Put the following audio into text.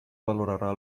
valorarà